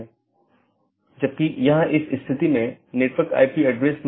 इसलिए समय समय पर जीवित संदेश भेजे जाते हैं ताकि अन्य सत्रों की स्थिति की निगरानी कर सके